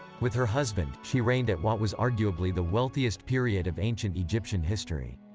with her husband, she reigned at what was arguably the wealthiest period of ancient egyptian history.